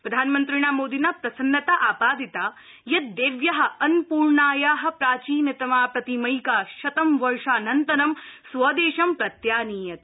प्रधानमन्त्रिणा मोदिना प्रसन्नता आपादिता यत् देव्या अन्नपूर्णाया प्राचीनतमा प्रतिमैका शतं वर्षानन्तरं स्वदेशं प्रत्यानीयते